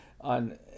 on